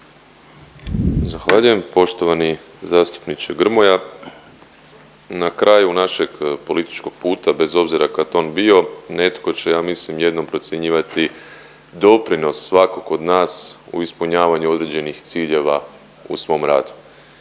Zahvaljujem poštovani zastupniče Grmoja. Na kraju našeg političkog puta bez obzira kad on bio netko će ja mislim jednom procjenjivati doprinos svakog od nas u ispunjavanju određenih ciljeva u u svom radu.